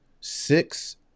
six